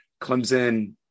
Clemson